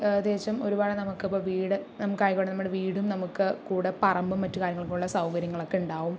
ഏകദേശം ഒരുപാട് നമുക്കിപ്പോൾ വീട് നമുക്കായിക്കോട്ടെ നമ്മുടെ വീടും നമുക്ക് കൂടെ പറമ്പും മറ്റു കാര്യങ്ങൾക്കുള്ള സൗകര്യങ്ങളൊക്കെ ഉണ്ടാവും